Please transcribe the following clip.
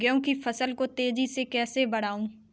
गेहूँ की फसल को तेजी से कैसे बढ़ाऊँ?